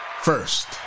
First